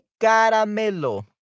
Caramelo